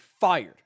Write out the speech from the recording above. fired